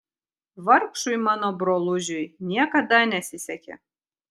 vargšui mano brolužiui niekada nesisekė